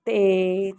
ਅਤੇ